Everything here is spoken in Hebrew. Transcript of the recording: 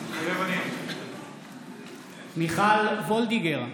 מתחייב אני מיכל וולדיגר,